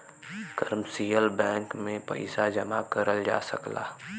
commercial bank में पइसा जमा करल जा सकला